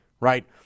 right